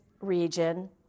region